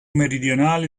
meridionale